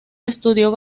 estudió